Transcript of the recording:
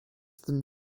them